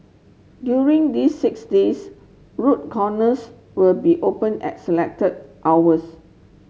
during these six days road will be open at selected hours